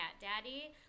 daddy